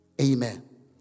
Amen